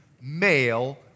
male